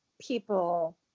people